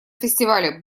фестивале